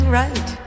right